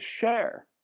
share